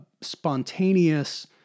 spontaneous